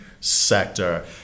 sector